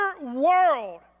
world